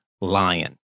lion